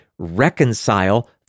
reconcile